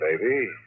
baby